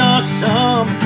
Awesome